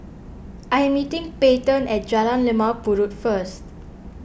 I'm meeting Peyton at Jalan Limau Purut first